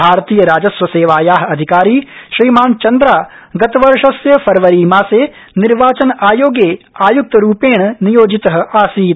भारतीय राजस्व सेवाया अधिकारी श्रीमान् चन्द्रा गतवर्षस्य फरवरीमासे निर्वाचनआयोगे आयुक्त रूपेण नियोजित आसीत्